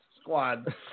Squad